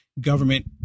government